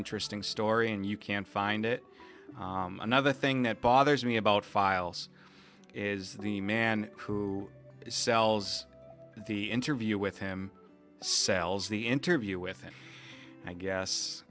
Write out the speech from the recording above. interesting story and you can find it another thing that bothers me about files is the man who sells the interview with him sells the interview with him i guess